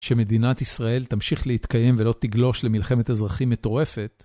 שמדינת ישראל תמשיך להתקיים ולא תגלוש למלחמת אזרחים מטורפת.